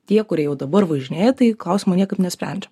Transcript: tie kurie jau dabar važinėja tai klausimo niekaip nesprendžia